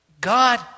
God